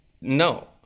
No